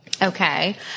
okay